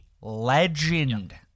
legend